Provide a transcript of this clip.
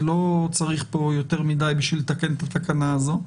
לא צריך פה יותר מדי בשביל לתקן את התקנה הזאת.